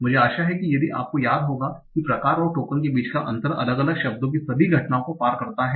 मुझे आशा है कि आपको याद होगा कि प्रकार और टोकन के बीच का अंतर अलग अलग शब्दों की सभी घटनाओं को पार करता है